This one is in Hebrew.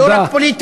ולא רק פוליטי,